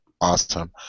Awesome